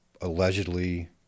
allegedly